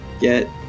Get